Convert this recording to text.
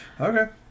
Okay